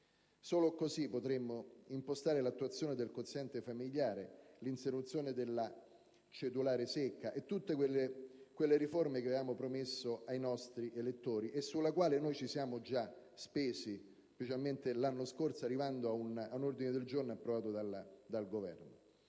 Solo così potremo impostare l'attuazione del quoziente familiare, l'introduzione della cedolare secca e tutte quelle riforme che avevamo promesso ai nostri elettori, e su cui ci siamo già spesi, presentando l'anno scorso un ordine del giorno accolto dal Governo.